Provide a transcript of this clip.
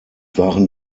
waren